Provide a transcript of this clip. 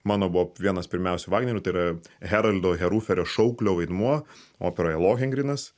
mano buvo vienas pirmiausių vagnerių tai yra heraldo heruferio šauklio vaidmuo operoje lohengrinas